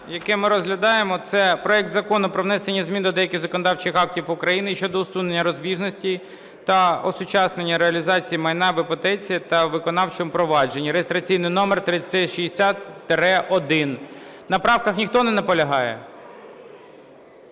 яке ми розглядаємо, - це проект Закону про внесення змін до деяких законодавчих актів України щодо усунення розбіжностей та осучаснення реалізації майна в іпотеці та виконавчому провадженні (реєстраційний номер 3360-1). На правках ніхто не наполягає?